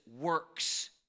works